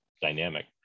dynamic